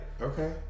Okay